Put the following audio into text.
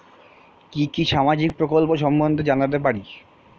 কি কি সামাজিক প্রকল্প সম্বন্ধে জানাতে পারি?